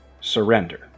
surrender